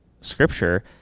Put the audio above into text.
scripture